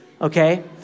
Okay